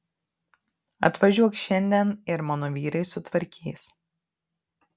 atvažiuok šiandien ir mano vyrai sutvarkys